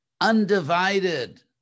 undivided